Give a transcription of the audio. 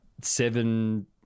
seven